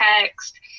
text